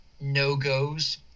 no-goes